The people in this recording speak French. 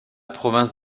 province